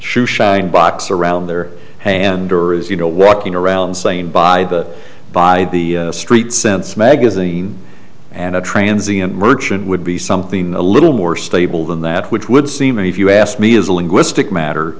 shoeshine box around their hand or is you know walking around saying by the by the street sense magazine and a transience merchant would be something a little more stable than that which would seem if you ask me as a linguistic matter